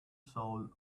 soul